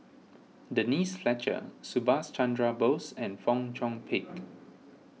Denise Fletcher Subhas Chandra Bose and Fong Chong Pik